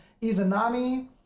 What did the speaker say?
Izanami